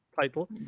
title